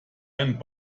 einen